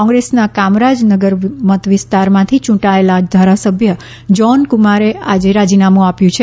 કોંગ્રેસના કામરાજ નગર મત વિસ્તારમાંથી યૂંટાયેલા ધારાસભ્ય જહોન કુમારે આજે રાજીનામું આપ્યું છે